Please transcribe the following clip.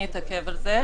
אני אתעכב על זה.